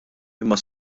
imma